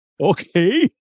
Okay